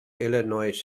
illinois